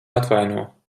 atvaino